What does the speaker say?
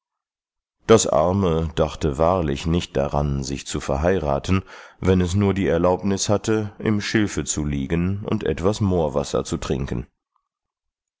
das arme dachte wahrlich nicht daran sich zu verheiraten wenn es nur die erlaubnis hatte im schilfe zu liegen und etwas moorwasser zu trinken